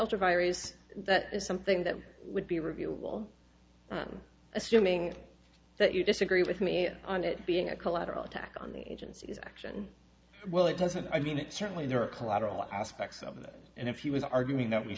ultra virus that is something that would be reviewable i'm assuming that you disagree with me on it being a collateral attack on the agency's action well it doesn't i mean it certainly there are collateral aspects of that and if he was arguing that we